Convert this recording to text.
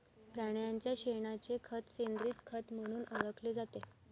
प्राण्यांच्या शेणाचे खत सेंद्रिय खत म्हणून ओळखले जाते